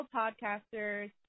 podcasters